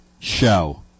show